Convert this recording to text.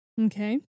Okay